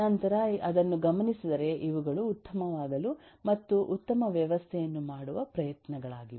ನೀವು ಅದನ್ನು ಗಮನಿಸಿದರೆ ಇವುಗಳು ಉತ್ತಮವಾಗಲು ಮತ್ತು ಉತ್ತಮ ವ್ಯವಸ್ಥೆಯನ್ನು ಮಾಡುವ ಪ್ರಯತ್ನಗಳಾಗಿವೆ